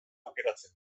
aukeratzen